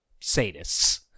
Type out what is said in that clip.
sadists